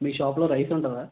మీ షాప్లో రైస్ ఉంటుందా